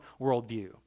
worldview